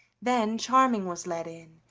then charming was led in,